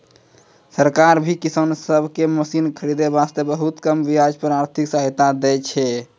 सरकार भी किसान सब कॅ मशीन खरीदै वास्तॅ बहुत कम ब्याज पर आर्थिक सहायता दै छै